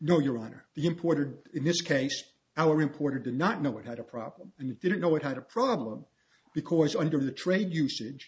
no your honor the importer in this case our importer did not know it had a problem and he didn't know it had a problem because under the trade usage